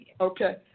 okay